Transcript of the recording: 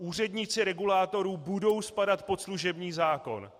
Úředníci regulátorů budou spadat pod služební zákon.